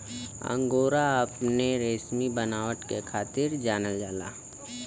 angora अपने रेसमी बनावट के खातिर जानल जाला